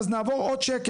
אז נעבור עוד שקף,